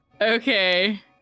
Okay